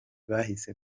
bahise